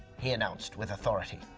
he announced with authority.